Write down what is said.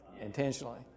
intentionally